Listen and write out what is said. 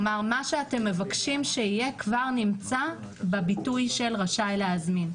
מה שאתם מבקשים שיהיה כבר נמצא בביטוי של "רשאי להזמין".